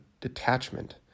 detachment